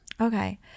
Okay